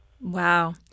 Wow